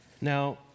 Now